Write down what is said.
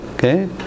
Okay